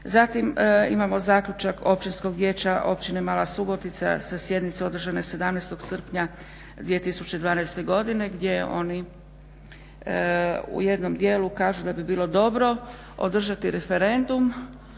Zatim imamo zaključak Općinskog vijeća Općine Mala subotica sa sjednice održane 17. srpnja 2012. godine gdje oni u jednom dijelu kažu da bi bilo dobro održati referendum,